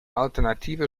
alternative